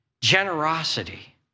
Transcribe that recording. generosity